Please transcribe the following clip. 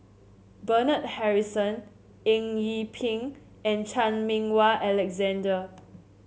Bernard Harrison Eng Yee Peng and Chan Meng Wah Alexander